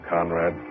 Conrad